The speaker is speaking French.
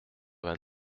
vingt